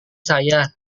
saya